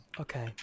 Okay